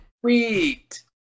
Sweet